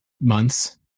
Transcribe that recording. months